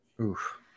Oof